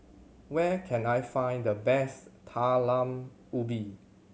where can I find the best Talam Ubi